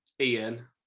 Ian